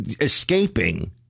escaping